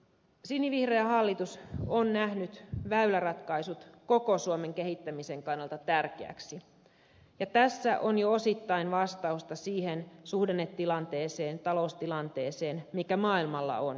sinivihreä hallitus on nähnyt väyläratkaisut koko suomen kehittämisen kannalta tärkeiksi ja tässä on jo osittain vastausta siihen suhdannetilanteeseen taloustilanteeseen mikä maailmalla on